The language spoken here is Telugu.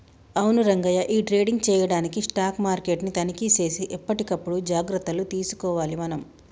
అవును రంగయ్య ఈ ట్రేడింగ్ చేయడానికి స్టాక్ మార్కెట్ ని తనిఖీ సేసి ఎప్పటికప్పుడు జాగ్రత్తలు తీసుకోవాలి మనం